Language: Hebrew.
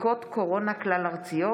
בדיקות קורונה כלל-ארציות.